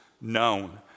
known